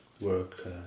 work